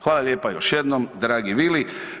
Hvala lijepa još jednom dragi Vili.